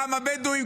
כמה בדואים,